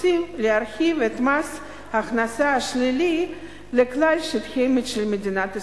רוצים להרחיב את מס הכנסה השלילי לכלל שטחי המדינה.